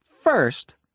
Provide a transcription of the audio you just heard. First